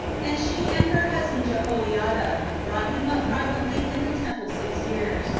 and she and her husband jehoiada brought him up privately in the temple six years,